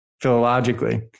philologically